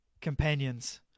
companions